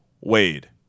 Wade